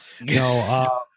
No